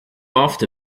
after